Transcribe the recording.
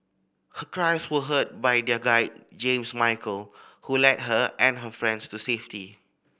her cries were heard by their guide James Michael who led her and her friends to safety